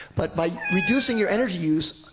but by reducing your energy use,